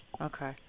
Okay